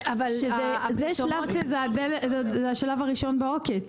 אבל הפרסומות הן השלב הראשון בעוקץ,